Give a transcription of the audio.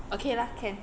okay lah can